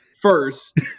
First